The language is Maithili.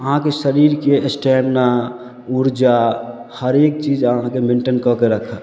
अहाँके शरीरके स्टेमिना ऊर्जा हरेक छी अहाँके मेंटेन कऽ के रखत